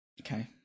okay